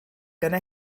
going